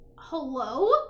Hello